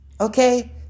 Okay